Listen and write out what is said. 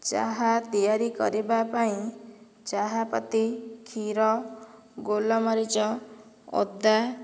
ଚାହା ତିଆରି କରିବା ପାଇଁ ଚାହାପତି କ୍ଷୀର ଗୋଲମରିଚ ଅଦା